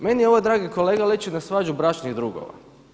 Meni ovo dragi kolega liči na svađu bračnih drugova.